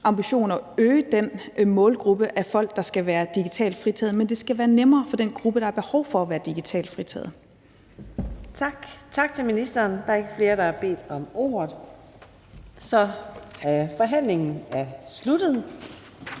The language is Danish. ambition at udvide den målgruppe af folk, der skal være digitalt fritaget, men det skal være nemmere for den gruppe, der har behov for at være digitalt fritaget. Kl. 15:56 Fjerde næstformand (Karina Adsbøl): Tak til ministeren. Da der ikke er flere, der har bedt om ordet, er forhandlingen sluttet.